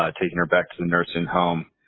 ah taking her back to the nursing home.